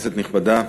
כנסת נכבדה,